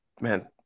man